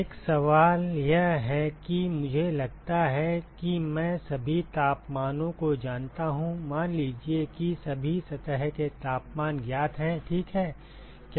एक सवाल यह है कि मुझे लगता है कि मैं सभी तापमानों को जानता हूं मान लीजिए कि सभी सतह के तापमान ज्ञात हैं ठीक है